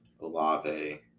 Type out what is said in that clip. Olave